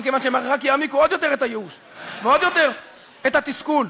מכיוון שהם רק יעמיקו עוד יותר את הייאוש ועוד יותר את התסכול,